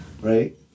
Right